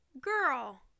Girl